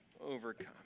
overcome